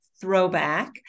throwback